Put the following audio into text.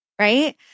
right